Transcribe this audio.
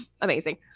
Amazing